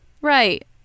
Right